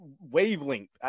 wavelength